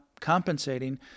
compensating